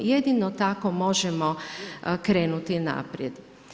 Jedino tako možemo krenuti naprijed.